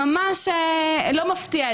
ממש לא מפתיע.